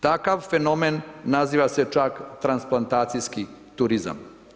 Takav fenomen naziva se čak transplantacijski turizam.